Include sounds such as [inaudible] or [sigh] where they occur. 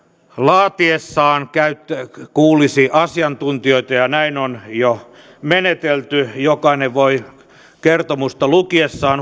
laatiessaan kuulisi asiantuntijoita ja näin [unintelligible] on jo menetelty jokainen voi kertomusta lukiessaan [unintelligible]